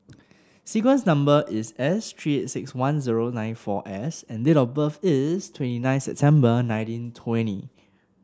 sequence number is S three eight six one zero nine four S and date of birth is twenty nine September nineteen twenty